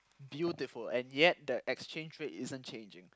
beautiful and yet the exchange rate isn't changing